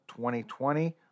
2020